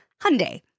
Hyundai